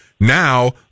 Now